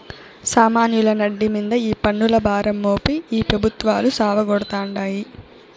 సామాన్యుల నడ్డి మింద ఈ పన్నుల భారం మోపి ఈ పెబుత్వాలు సావగొడతాండాయి